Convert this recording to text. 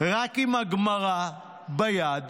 רק עם הגמרא ביד,